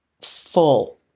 full